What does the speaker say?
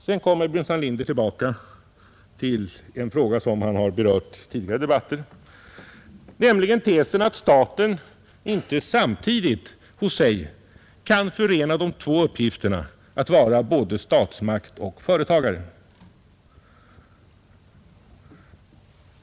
Sedan kom herr Burenstam Linder tillbaka till en fråga som han har berört tidigare i debatten, nämligen tesen att staten inte samtidigt hos sig kan förena de två uppgifterna att vara både statsmakt och företagare.